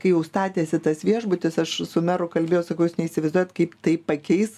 kai jau statėsi tas viešbutis aš su meru kalbėjau sakau jūs neįsivaizduojat kaip tai pakeis